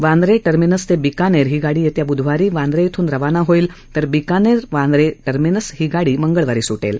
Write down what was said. Bandra terminus ते बिकानेर ही गाडी येत्या ब्धवारी वांद्रे इथून रवाना हो ल तर बिकानेर बांद्रा टर्मिनस ही गाडी मंगळवारीसुटेल